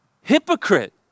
Hypocrite